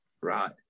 right